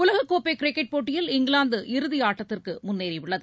உலகக்கோப்பை கிரிக்கெட் போட்டியில் இங்கிலாந்து இறுதி ஆட்டத்திற்கு முன்னேறியுள்ளது